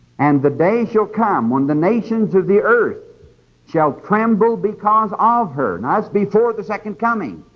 and the day shall come when the nations of the earth shall tremble because of her, and that's before the second coming,